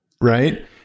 right